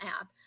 app